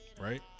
Right